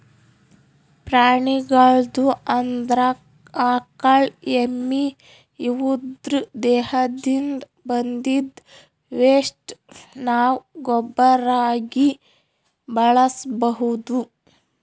ಪ್ರಾಣಿಗಳ್ದು ಅಂದ್ರ ಆಕಳ್ ಎಮ್ಮಿ ಇವುದ್ರ್ ದೇಹದಿಂದ್ ಬಂದಿದ್ದ್ ವೆಸ್ಟ್ ನಾವ್ ಗೊಬ್ಬರಾಗಿ ಬಳಸ್ಬಹುದ್